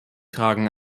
tragen